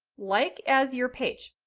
like as your page.